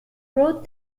wrote